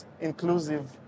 inclusive